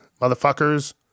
motherfuckers